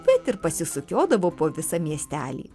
bet ir pasisukiodavo po visą miestelį